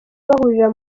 bahurira